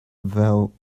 well